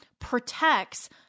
protects